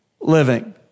living